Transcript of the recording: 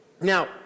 now